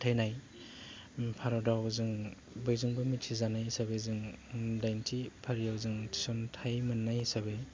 फोथायनाय भारताव जों बयजोंबो मिथिजानाय हिसाबै जों दाइनथि फारियाव जों थिसनथाय मोननाय हिसाबै